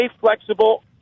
flexible